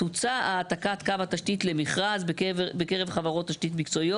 תוצא העתקת קו התשתית למכרז בקרב חברות תשתית מקצועיות.